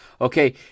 Okay